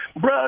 Bro